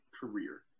career